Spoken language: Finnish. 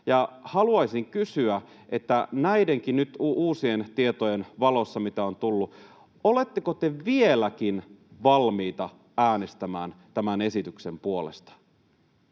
haluaisin kysyä: oletteko nyt näidenkin uusien tietojen valossa, mitä on tullut, vieläkin valmiita äänestämään tämän esityksen puolesta?